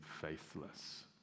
faithless